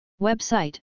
Website